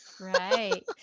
Right